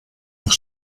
mich